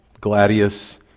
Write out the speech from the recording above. Gladius